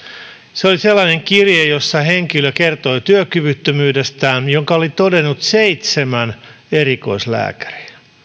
se oli sellainen kirje jossa henkilö kertoi työkyvyttömyydestään jonka oli todennut seitsemän erikoislääkäriä